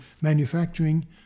manufacturing